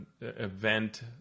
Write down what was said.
event